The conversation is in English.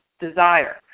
desire